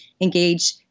engage